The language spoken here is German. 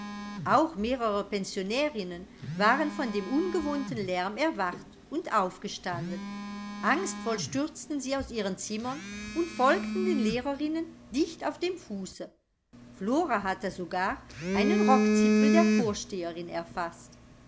auch mehrere pensionärinnen waren von dem ungewohnten lärm erwacht und aufgestanden angstvoll stürzten sie aus ihren zimmern und folgten den lehrerinnen dicht auf dem fuße flora hatte sogar einen rockzipfel der vorsteherin erfaßt